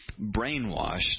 brainwashed